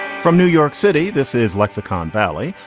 from new york city, this is lexicon valley,